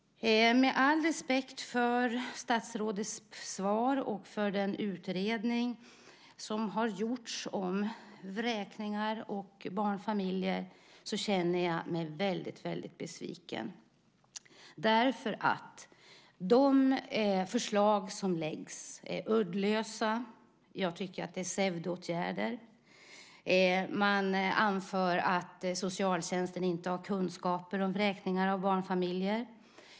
Med all respekt för statsrådets svar och för den utredning som har gjorts om vräkningar av barnfamiljer känner jag mig väldigt besviken därför att de förslag som läggs fram är uddlösa. Jag tycker att det handlar om pseudoåtgärder. Man anför att socialtjänsten inte har kunskaper om vräkningar av barnfamiljer.